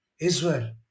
Israel